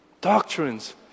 doctrines